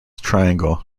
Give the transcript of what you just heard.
triangle